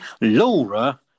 Laura